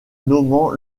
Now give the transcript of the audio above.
nommant